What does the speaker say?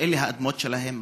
שאלה האדמות שלהם,